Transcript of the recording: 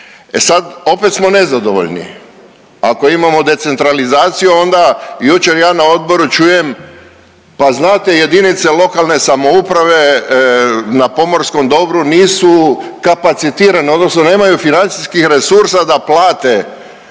sad, opet smo nezadovoljni. Ako imamo decentralizaciju onda jučer ja na odboru čujem pa znate jedinice lokalne samouprave na pomorskom dobru nisu kapacitirane, odnosno nemaju financijskih resursa da plate